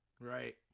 Right